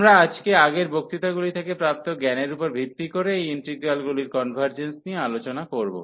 আমরা আজকে আগের বক্তৃতাগুলি থেকে প্রাপ্ত জ্ঞানের উপর ভিত্তি করে এই ইন্টিগ্রালগুলির কনভার্জেন্স নিয়ে আলোচনা করব